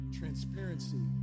transparency